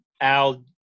Al-